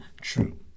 True